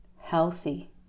healthy